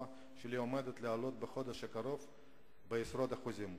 שלי עומדים לעלות בחודש הקרוב בעשרות אחוזים?